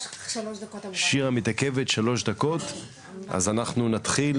שירה מתעכבת שלוש דקות אז אנחנו נתחיל,